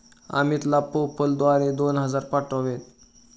अमितला पेपाल द्वारे दोन हजार पाठवावेत